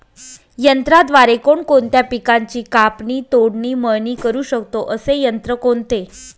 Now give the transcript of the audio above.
यंत्राद्वारे कोणकोणत्या पिकांची कापणी, तोडणी, मळणी करु शकतो, असे यंत्र कोणते?